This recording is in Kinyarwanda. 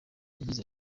yagize